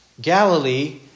Galilee